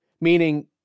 Meaning